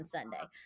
Sunday